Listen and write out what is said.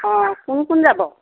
কোন কোন যাব